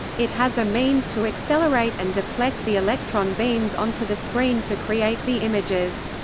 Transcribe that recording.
it has a means to accelerate and deflect the electron beam s onto the screen to create the images.